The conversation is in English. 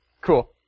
Cool